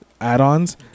add-ons